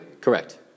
Correct